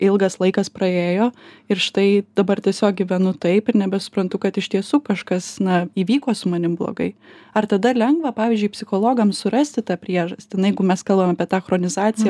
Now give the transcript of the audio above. ilgas laikas praėjo ir štai dabar tiesiog gyvenu taip ir nebesuprantu kad iš tiesų kažkas na įvyko su manim blogai ar tada lengva pavyzdžiui psichologams surasti tą priežastį na jeigu mes kalbam apie tą chronizaciją